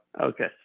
Okay